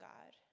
God